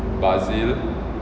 bazil